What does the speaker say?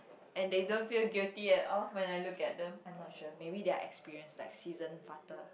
and they don't feel guilty at all when I look at them I'm not sure maybe they're experienced like seasoned farter